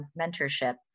mentorship